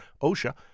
OSHA